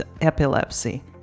epilepsy